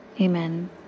Amen